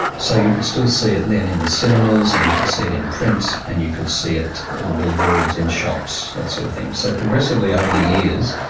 so you could still see it then in the cinemas, and you could see it in print, and you could see it on billboards, in shops, that sort of thing. so progressively over the years,